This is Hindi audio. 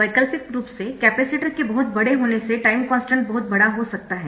वैकल्पिक रूप से कैपेसिटर के बहुत बड़े होने से टाइम कॉन्स्टन्ट बहुत बड़ा हो सकता है